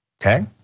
Okay